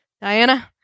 Diana